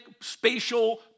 spatial